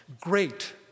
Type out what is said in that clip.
great